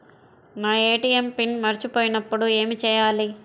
నా ATM PIN మరచిపోయినప్పుడు ఏమి చేయాలి?